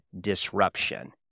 disruption